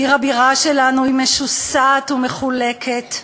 עיר הבירה שלנו משוסעת ומחולקת,